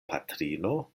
patrino